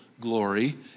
glory